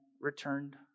returned